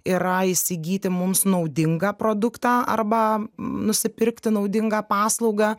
yra įsigyti mums naudingą produktą arba nusipirkti naudingą paslaugą